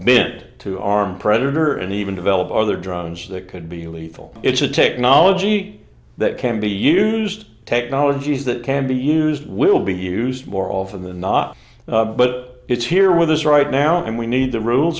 it to armed predator and even develop other drones that could be lethal it's a technology that can be used technologies that can be used will be used more often than not but it's here with us right now and we need the rules